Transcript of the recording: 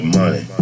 money